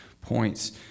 points